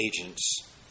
agents